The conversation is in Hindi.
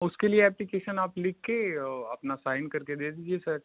उसके लिए एप्लीकेशन आप लिख के अपना साइन कर के दे दीजिए सर